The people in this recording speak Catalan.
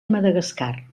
madagascar